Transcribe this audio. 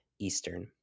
Eastern